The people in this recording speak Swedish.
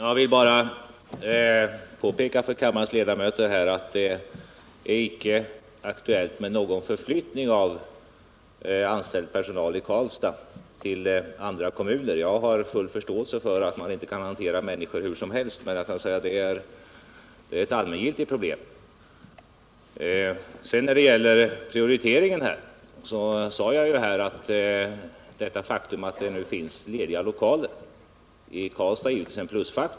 Herr talman! Jag vill bara påpeka för kammarens ledamöter att det icke är aktuellt med någon förflyttning av personal i Karlstad till andra orter. Jag är fullt medveten om att man inte kan hantera människor hur som helst, men jag vill framhålla att detta är en allmängiltig fråga. Vad sedan gäller frågan om prioritering sade jag att det faktum att det i Karlstad finns lediga lokaler givetvis är att betrakta som en plusfaktor.